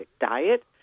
diet